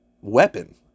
weapon